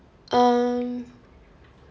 um